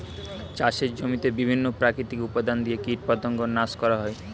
চাষের জমিতে বিভিন্ন প্রাকৃতিক উপাদান দিয়ে কীটপতঙ্গ নাশ করা হয়